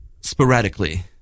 sporadically